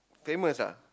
famous ah